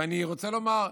ואני רוצה לומר,